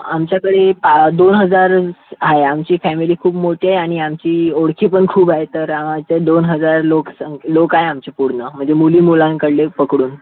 आमच्याकडे पा दोन हजार आहे आमची फॅमिली खूप मोठी आहे आणि आमची ओळखी पण खूप आहेत तर दोन हजार लोकसंख लोक आहे आमचे पूर्ण म्हणजे मुली मुलांकडले पकडून